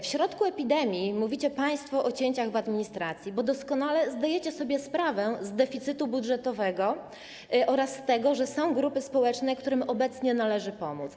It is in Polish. W środku epidemii mówicie państwo o cięciach w administracji, bo doskonale zdajecie sobie sprawę z deficytu budżetowego oraz tego, że są grupy społeczne, którym obecnie należy pomóc.